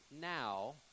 now